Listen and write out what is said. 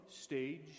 stage